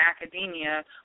academia